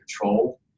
control